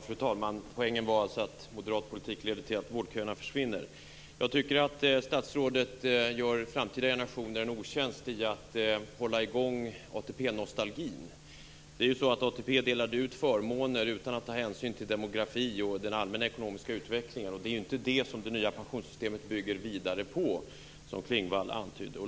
Fru talman! Poängen var alltså att moderat politik leder till att vårdköerna försvinner. Jag tycker att statsrådet gör framtida generationer en otjänst genom att hålla i gång ATP-nostalgin. ATP delade ut förmåner utan att ta hänsyn till demografi och den allmänna ekonomiska utvecklingen. Det är inte detta som det nya pensionssystemet bygger vidare på, som Klingvall antydde.